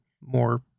more